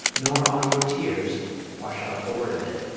nor all your tears wash out a word of it.